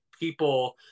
people